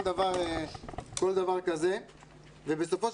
‏ אתם מוכנים